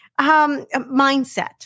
mindset